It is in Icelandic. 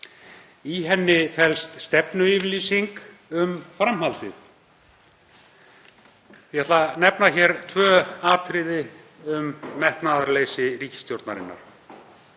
Í henni felst stefnuyfirlýsing um framhaldið. Ég ætla að nefna hér tvö atriði um metnaðarleysi ríkisstjórnarinnar.